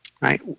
Right